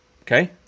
okay